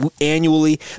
annually